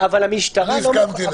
אבל המשטרה לא מוכנה.